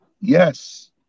Yes